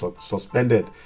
suspended